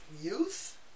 Youth